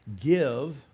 give